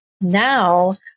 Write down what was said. Now